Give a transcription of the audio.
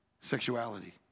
sexuality